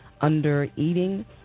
under-eating